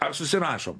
ar susirašom